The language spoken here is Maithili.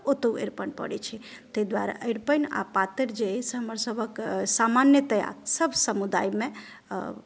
तऽ ओतौ अरिपन पड़ै छै ताहि दुआरे अरिपन आ पातरि जे ई सभ हमर सभक सामान्यतया सभ समुदायमे